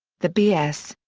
the b s.